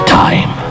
time